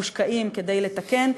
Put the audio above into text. כדי לתקן.